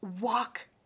walk